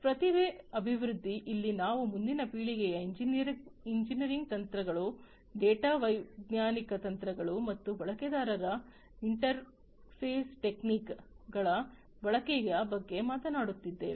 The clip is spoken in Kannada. ಪ್ರತಿಭೆ ಅಭಿವೃದ್ಧಿ ಇಲ್ಲಿ ನಾವು ಮುಂದಿನ ಪೀಳಿಗೆಯ ಎಂಜಿನಿಯರಿಂಗ್ ತಂತ್ರಗಳು ಡೇಟಾ ವೈಜ್ಞಾನಿಕ ತಂತ್ರಗಳು ಮತ್ತು ಬಳಕೆದಾರರ ಇಂಟರ್ಫೇಸ್ ಟೆಕ್ನಿಕ್ಗಳ ಬಳಕೆಯ ಬಗ್ಗೆ ಮಾತನಾಡುತ್ತಿದ್ದೇವೆ